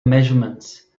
measurements